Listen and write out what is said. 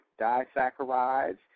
disaccharides